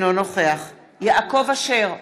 אינו נוכח יעקב אשר,